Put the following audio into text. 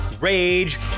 Rage